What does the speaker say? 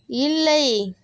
இல்லை